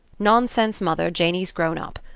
nonsense, mother janey's grown-up.